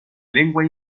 lengua